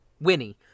Winnie